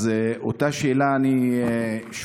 אז אותה שאלה אני שואל,